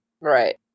Right